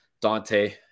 Dante